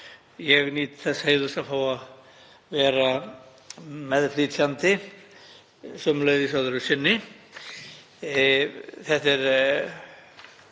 ég nýt þess heiðurs að fá að vera meðflytjandi, sömuleiðis öðru sinni. Þetta er